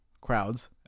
crowds